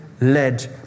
led